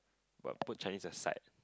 while put Chinese aside